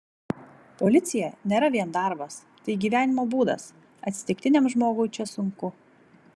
policija nėra vien darbas tai gyvenimo būdas atsitiktiniam žmogui čia sunku